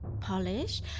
polish